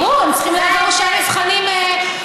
ברור, הם צריכים לעבור שם מבחנים קשים.